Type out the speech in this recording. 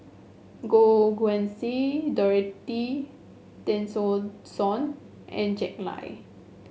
Goh Guan Siew Dorothy Tessensohn and Jack Lai